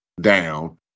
down